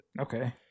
Okay